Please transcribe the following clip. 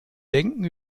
denken